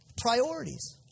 priorities